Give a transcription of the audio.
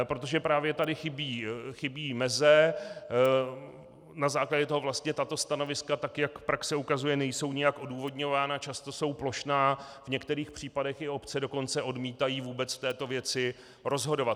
Protože právě tady chybí meze, na základě toho vlastně tato stanoviska, tak jak praxe ukazuje, nejsou nijak odůvodňována, často jsou plošná, v některých případech i obce dokonce odmítají vůbec v této věci rozhodovat.